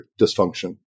dysfunction